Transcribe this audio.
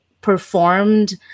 performed